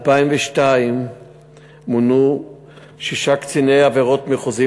ב-2002 מונו שישה קציני עבירות מחוזיים